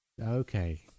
Okay